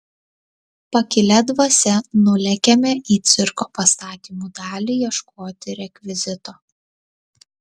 pakilia dvasia nulėkėme į cirko pastatymų dalį ieškoti rekvizito